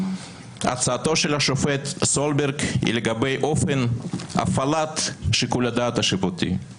הצעתו של השופט סולברג היא לגבי אופן הפעלת שיקול הדעת השיפוטי.